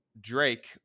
Drake